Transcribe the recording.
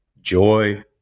joy